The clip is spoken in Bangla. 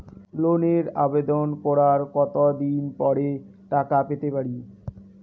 লোনের আবেদন করার কত দিন পরে টাকা পেতে পারি?